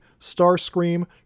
Starscream